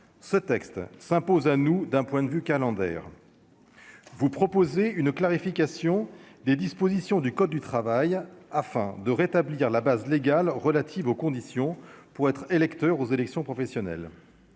ce texte s'impose à nous d'un point de vue calendaire, vous proposez une clarification des dispositions du code du travail afin de rétablir la base légale relatives aux conditions pour être électeurs aux élections professionnelles,